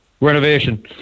renovation